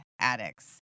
addicts